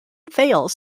fails